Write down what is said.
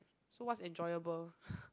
so what's enjoyable